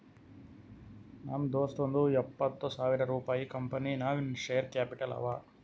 ನಮ್ ದೋಸ್ತುಂದೂ ಎಪ್ಪತ್ತ್ ಸಾವಿರ ರುಪಾಯಿ ಕಂಪನಿ ನಾಗ್ ಶೇರ್ ಕ್ಯಾಪಿಟಲ್ ಅವ